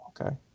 okay